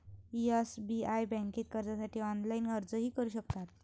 SBI बँकेत कर्जासाठी online अर्जही करू शकता